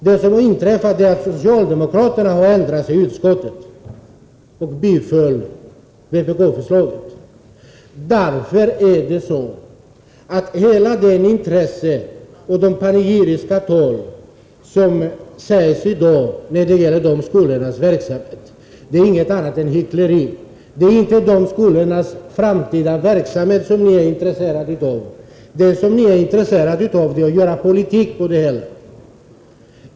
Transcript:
Det som nu har hänt är att socialdemokraterna har ändrat sig i utskottet och biträtt vpk-förslaget. Hela det intresse som i dag uttrycks och de panegyriska tal som nu hålls när det gäller dessa skolors verksamhet är ingenting annat än hyckleri. Det är inte dessa skolors framtida verksamhet som ni är intresserade av. Ni är bara intresserade av att göra politik av det hela.